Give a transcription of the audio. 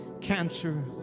cancer